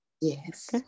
yes